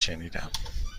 شنیدم